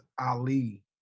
Ali